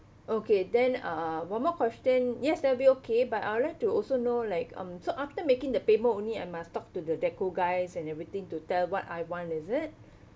okay then uh one more question yes there will be okay but I would like to also know like um so after making the payment only I must talk to the deco guys and everything to tell what I want is it